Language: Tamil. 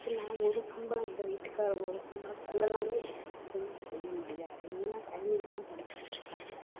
நான் ஒரு சம்பளம் எங்கள் வீட்டுக்காரவங்க ஒரு சம்பளத்தை நம்பி எதுவுமே செய்யமுடியாது ஏன்னா குழந்தைங்கெல்லாம் படிச்சுட்டுருக்காங்க